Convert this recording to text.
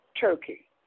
Turkey